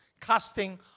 casting